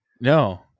No